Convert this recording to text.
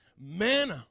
Men